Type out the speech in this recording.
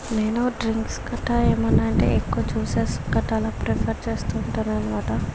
నేను డ్రింక్స్ కట్టా ఏమైనా అంటే ఎక్కువ జ్యూసెస్ గట్టా అలా ప్రిఫర్ చేస్తుంటాను అన్నమాట